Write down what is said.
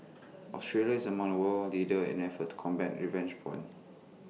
Australia is among world leaders in efforts to combat revenge porn